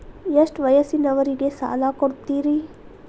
ಎಷ್ಟ ವಯಸ್ಸಿನವರಿಗೆ ಸಾಲ ಕೊಡ್ತಿರಿ?